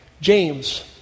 James